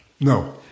No